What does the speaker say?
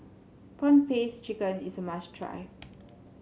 prawn paste chicken is a must try